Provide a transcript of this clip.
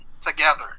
together